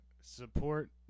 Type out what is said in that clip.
support